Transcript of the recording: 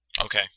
okay